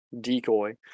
decoy